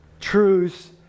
truths